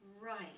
Right